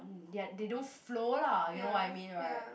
ya they don't flow lah you know what I mean right